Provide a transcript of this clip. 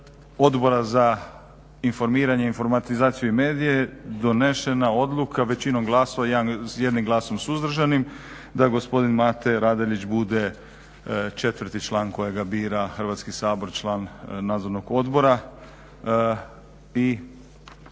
Odbora za informiranje, informatizaciju i medije donesena odluka većinom glasova, s 1 glasom suzdržanim, da gospodin Mate Radeljić bude četvrti član kojega bira Hrvatski sabor, član Nadzornog odbora. I